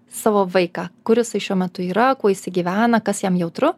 savo vaiką kur jisai šiuo metu yra kuo jisai gyvena kas jam jautru